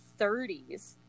30s